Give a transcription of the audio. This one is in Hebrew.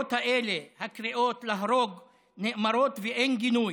האמירות האלה, הקריאות להרוג, נאמרות, ואין גינוי.